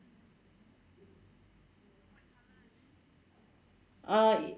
uh